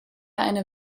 eine